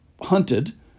hunted